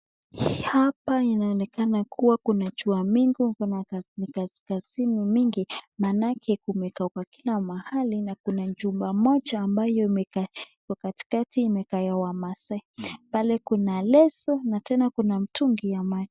Hapa inaonekana kuwa kuna jua mingi na nikaskazini mingi maanake kumekaukaka kila mahali na kuna jumba moja ambayo imekaa iko katikati imekaa ya wamassai. Pale kuna leso na tena kuna mtungi ya maji.